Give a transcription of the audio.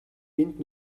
энд